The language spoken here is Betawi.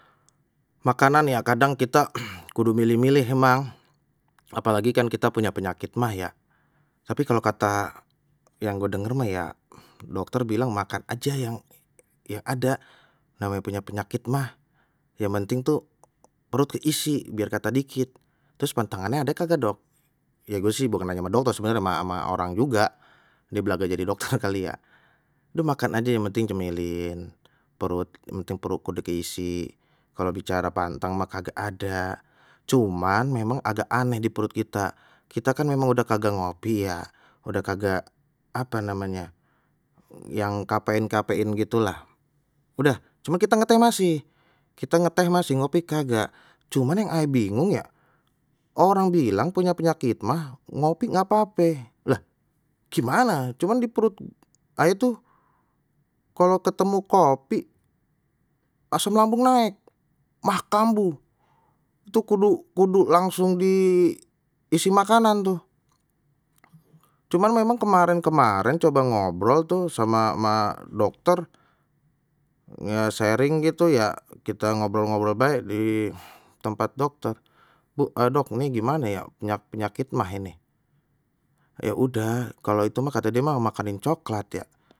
Makanan ya kadang kita kudu milih-milih emang. Apalagi kan kita punya penyakit maag ya, tapi kalau kata yang gue denger mah ya, dokter bilang makan aja yang yang ada, namanye punya penyakit maag yang penting tuh perut keisi biar kata dikit, terus pantangannya ada kagak dok, ya gue sih bukan nanya sama dokter sebenarnya ama ama orang juga dia belaga jadi dokter kali ya, udah makan aja yang penting cemilin perut yang penting perut kudu keisi kalau bicara pantang mah kagak ada, cuman memang agak aneh di perut kita kita kan memang udah kagak ngopi ya, udah kagak apa namanya yang kapein kapein gitu lah udah cuma kita ngeteh masih kita ngeteh masih ngopi kagak, cuma yang aye bingung ya orang bilang punya penyakit maag ngopi nggak lah gimana cuman diperut aye tuh kalau ketemu kopi asam lambung naik maag kambuh tu kudu kudu langsung diisi makanan tuh, cuman memang kemarin kemarin coba ngobrol tuh sama ma dokter ya sharing gitu ya kita ngobrol ngobrol bae di tempat dokter, bu ah dok ini gimane ye punya penyakit maag ini, ya udah kalau itu mah kata dia mah makanin coklat ya.